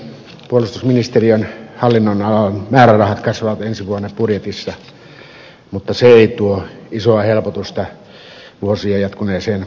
puolustusministeriön hallinnonalan määrärahat kasvavat ensi vuonna budjetissa mutta se ei tuo isoa helpotusta vuosia jatkuneeseen varaosavajeeseen